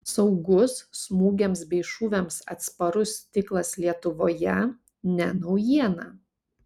saugus smūgiams bei šūviams atsparus stiklas lietuvoje ne naujiena